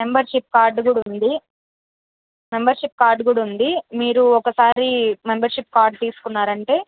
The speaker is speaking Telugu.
షిప్ కార్డు కూడా ఉంది షిప్ కార్డు కూడా ఉంది మీరు ఒకసారి షిప్ కార్డు తీసుకున్నారంటే